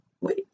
wait